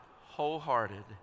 wholehearted